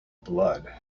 blood